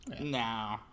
No